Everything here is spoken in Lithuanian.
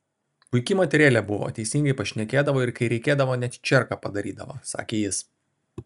puiki moterėlė buvo teisingai pašnekėdavo ir kai reikėdavo net čierką padarydavo sakė jis